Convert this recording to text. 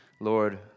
Lord